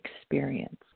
experience